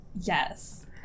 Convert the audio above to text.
Yes